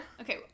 Okay